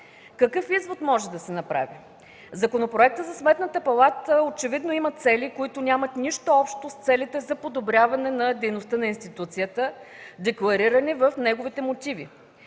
Какъв извод може да се направи? Законопроектът за Сметната палата очевидно има цели, които нямат нищо общо с целите за подобряване дейността на институцията, декларирани в неговите мотиви.